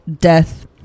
Death